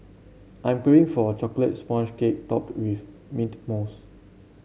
I am craving for a chocolate sponge cake topped with mint mousse